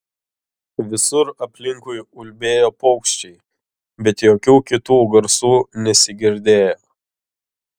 visur aplinkui ulbėjo paukščiai bet jokių kitų garsų nesigirdėjo